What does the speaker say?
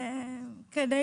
כדי